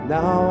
Now